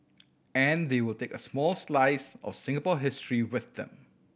and they will take a small slice of Singapore history with them